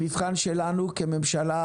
המבחן שלנו כממשלה,